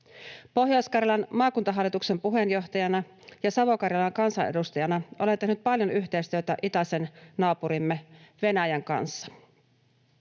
Pohjois-Karjalan maakuntahallituksen puheenjohtajana ja Savo-Karjalan kansanedustajana olen tehnyt paljon yhteistyötä itäisen naapurimme, Venäjän, kanssa.